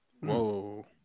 Whoa